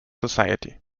society